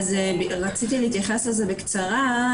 רציתי להתייחס לזה בקצרה,